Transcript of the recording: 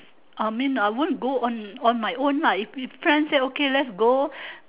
I mean I won't go on on my own lah if if friend say okay let's go